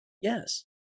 Yes